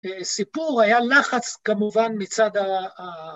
סיפור היה לחץ כמובן מצד ה..